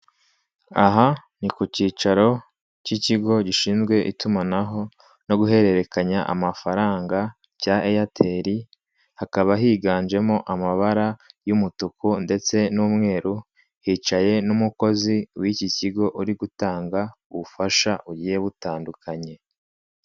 Aha ni ku kicaro k'ikigo gishinzwe itumanaho no guhererkanya amafaranga cya Airtel, hakaba higanjemo amabara y'umutuku ndetse n'umweru, hicaye n'umukozi w'iki kigo uri gutanga ubufasha bugiye butandukanye.